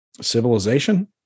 civilization